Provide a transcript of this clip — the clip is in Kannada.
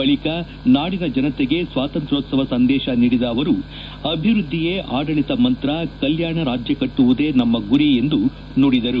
ಬಳಿಕ ನಾಡಿನ ಜನತೆಗೆ ಸ್ವಾತಂತ್ರ್ಮೋತ್ಸವ ಸಂದೇಶ ನೀಡಿದ ಅವರು ಅಭಿವೃದ್ದಿಯೇ ಆಡಳಿತ ಮಂತ್ರ ಕಲ್ಕಾಣ ರಾಜ್ಯ ಕಟ್ಟುವುದೇ ನಮ್ನ ಗುರಿ ಎಂದು ನುಡಿದರು